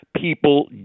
people